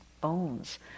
bones